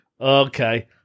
Okay